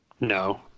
No